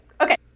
Okay